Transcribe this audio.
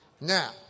Now